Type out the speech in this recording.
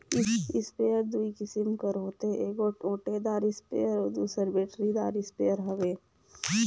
sprayer दूई किसिम कर होथे एगोट ओटेदार इस्परे अउ दूसर बेटरीदार इस्परे हवे